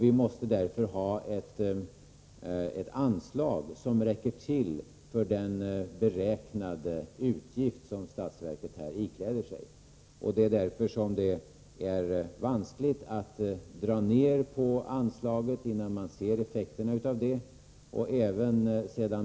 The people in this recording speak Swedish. Vi måste därför ha ett anslag som räcker till för den beräknade utgift som statsverket här ikläder sig. Det är därför som det är vanskligt att dra ned på anslaget innan vi har sett effekterna av effektivare återkrav.